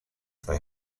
they